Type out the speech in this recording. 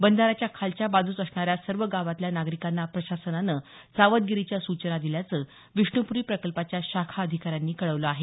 बंधाऱ्याच्या खालच्या बाजूस असणाऱ्या सर्व गावांतील नागरिकांना प्रशासनानं सावधगिरीच्या सूचना दिल्याचं विष्णुपुरी प्रकल्पाच्या शाखा अधिकाऱ्यांनी कळवलं आहे